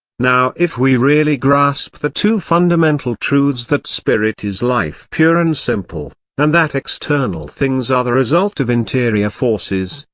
now if we really grasp the two fundamental truths that spirit is life pure and simple, and that external things are the result of interior forces,